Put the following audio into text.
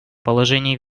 положении